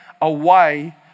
away